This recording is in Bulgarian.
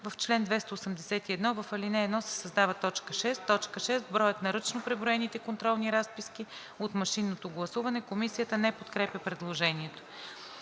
чл. 281 в ал. 1 се създава т. 6: „6. броят на ръчно преброените контролни разписки от машинното гласуване.“ Комисията не подкрепя предложението.